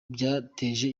byateje